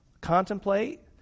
contemplate